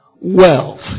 wealth